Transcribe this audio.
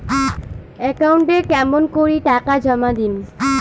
একাউন্টে কেমন করি টাকা জমা দিম?